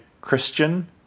Christian